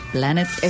Planet